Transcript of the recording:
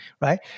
right